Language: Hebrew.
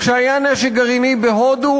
כשהיה נשק גרעיני בהודו,